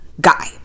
guy